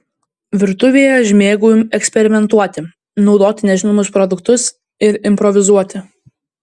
virtuvėje aš mėgau eksperimentuoti naudoti nežinomus produktus ir improvizuoti